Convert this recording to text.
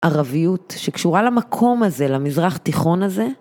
ערביות שקשורה למקום הזה, למזרח תיכון הזה?